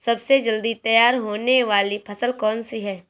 सबसे जल्दी तैयार होने वाली फसल कौन सी है?